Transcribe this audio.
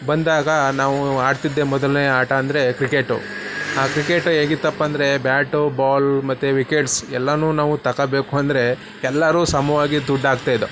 ಬಂದಾಗ ನಾವು ಆಡ್ತಿದ್ದೆ ಮೊದಲನೇ ಆಟ ಅಂದರೆ ಕ್ರಿಕೇಟು ಆ ಕ್ರಿಕೇಟು ಹೇಗಿತ್ತಪ್ಪ ಅಂದರೆ ಬ್ಯಾಟು ಬಾಲ್ ಮತ್ತು ವಿಕೆಟ್ಸ್ ಎಲ್ಲನೂ ನಾವು ತಗೊಳ್ಬೇಕು ಅಂದರೆ ಎಲ್ಲರೂ ಸಮವಾಗಿ ದುಡ್ಡು ಹಾಕ್ತಾಯಿದ್ದೊ